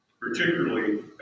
particularly